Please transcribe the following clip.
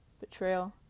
betrayal